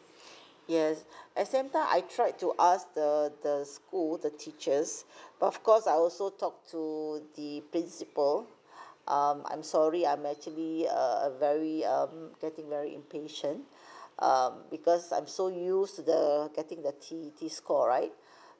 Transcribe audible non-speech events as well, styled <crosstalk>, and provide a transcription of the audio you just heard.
<breath> yes at the same time I tried to ask the the school the teachers of course I also talked to the principal <breath> um I'm sorry I'm actually a a very um getting very impatient <breath> um because I'm so used to the getting the T T score right